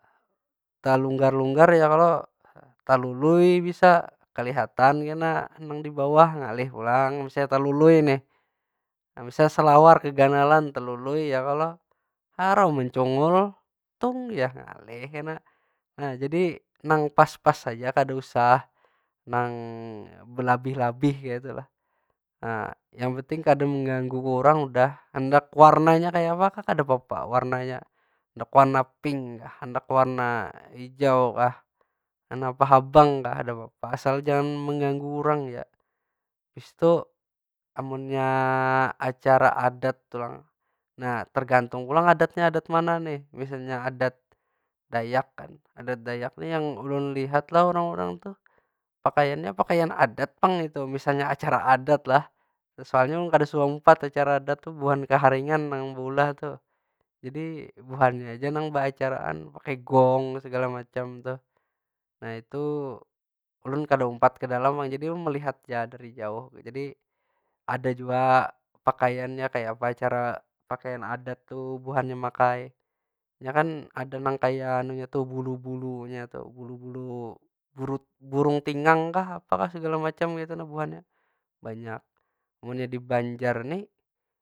Talunggar- lunggar ya kalo? Talului bisa, kalihatan kena nang di bawah. Ngalih pulang misalnya talului nih. Nah misalnya salawar keganalan, telului ya kalo? Marau mencungul, tung jar, ngalih kena. Nah jadi, nang pas- pas aja kada usah nang belaih- labih kaytu lah. Nah, yang penting kada menggangu urang dah. Handak warnanya kaya apa kah kadapapa. Warnanya, handak warna pink kah, handak warna hijau kah, handak behabang kah, kadapapa. Asal jangan mengganggu urang ja. Habis tu, amunnya acara adat pulang. Nah, tergantung pulang adatnya adat mana nih. Misalnya adat dayak kan. Adat dayak nih nang ulun lihat lah urang- urang tuh pakaiannya pakaian adat pang itu. Misalkan acara adat lah. Soalnya ulun kada suah umpat acara adat tuh, buhan kaharingan nang buulah tu. Jadi, buhannya aja nang beacaraan pakai gong segala macam tuh. Nah itu, ulun kada umpat ke dalam pang. Jadi ulun melihat ja dari jauh. Jadi ada jua pakaiannya, kayapa cara pakaian adat tuh, buhannya makai. Nya kan, ada nang kaya namanya tu bulu- bulunya tuh. Bulu- bulu, burung tinggang kah, apa segala macam kaytu nah buhannya, banyak. Munnya si banjar nih.